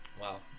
Wow